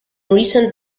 recent